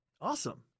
Awesome